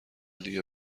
دیگه